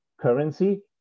currency